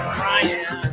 crying